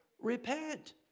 repent